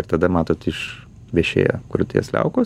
ir tada matot iš vešėja krūties liaukos